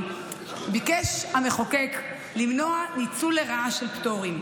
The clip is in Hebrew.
ביקש המחוקק למנוע ניצול לרעה של פטורים,